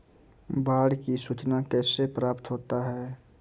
बाढ की सुचना कैसे प्राप्त होता हैं?